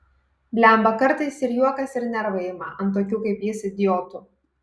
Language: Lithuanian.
blemba kartais ir juokas ir nervai ima ant tokių kaip jis idiotų